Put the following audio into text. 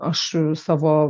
aš savo